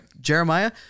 jeremiah